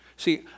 See